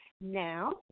now